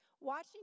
Watching